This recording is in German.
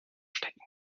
stecken